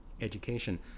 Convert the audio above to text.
education